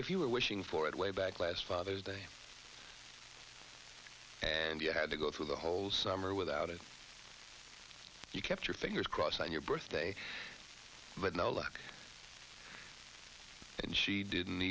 if you are wishing for it way back last father's day and you had to go through the whole summer without it you kept your fingers crossed on your birthday with no luck and she didn't